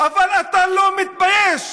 אבל אתה לא מתבייש.